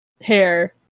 hair